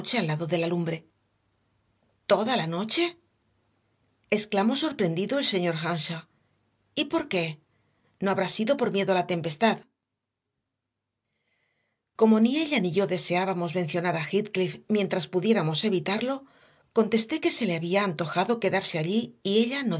al lado de la lumbre toda la noche exclamó sorprendido el señor earnshaw y por qué no habrá sido por miedo a la tempestad como ni ella ni yo deseábamos mencionar a heathcliff mientras pudiéramos evitarlo contesté que se le había antojado quedarse allí y ella